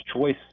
choice